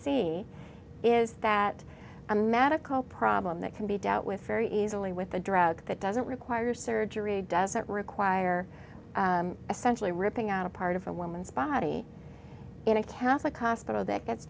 see is that a medical problem that can be dealt with very easily with a drug that doesn't require surgery doesn't require essentially ripping out a part of a woman's body in a catholic hospital that gets